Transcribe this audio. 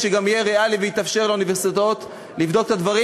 שגם יהיה ריאלי ויאפשר לאוניברסיטאות לבדוק את הדברים.